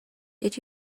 did